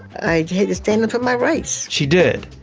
i had to stand up for my rights. she did.